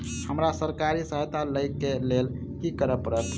हमरा सरकारी सहायता लई केँ लेल की करऽ पड़त?